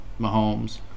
Mahomes